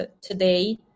today